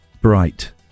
Bright